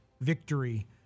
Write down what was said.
victory